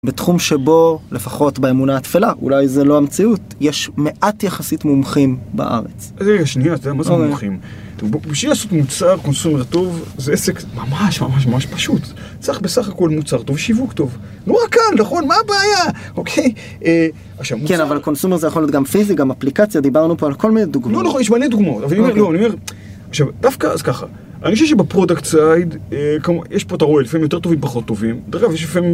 בתחום שבו, לפחות באמונה התפלה, אולי זה לא המציאות, יש מעט יחסית מומחים בארץ. רגע, שנייה, אתה יודע מה זה מומחים? בשביל לעשות מוצר, קונסומר טוב, זה עסק ממש ממש ממש פשוט. צריך בסך הכל מוצר טוב, שיווק טוב. נורא קל נכון? מה הבעיה? אוקיי? כן, אבל קונסומר זה יכול להיות גם פיזי, גם אפליקציה, דיברנו פה על כל מיני דוגמאות. נכון, יש מלא דוגמאות, אבל אני אומר, לא אני אומר, דווקא אז ככה, אני חושב שב product side, יש פה, אתה רואה, לפעמים יותר טובים, פחות טובים.